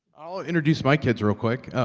i'll introduce my kids real quick. oh,